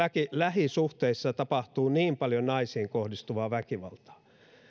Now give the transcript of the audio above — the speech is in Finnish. lähisuhteissa tapahtuu niin paljon naisiin kohdistuvaa väkivaltaa